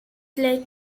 led